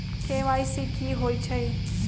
KYC कि होई छई?